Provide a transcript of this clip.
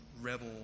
rebel